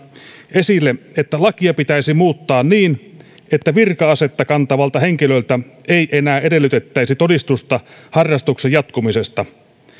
esille että lakia pitäisi muuttaa niin että virka asetta kantavalta henkilöltä ei enää edellytettäisi todistusta harrastuksen jatkumisesta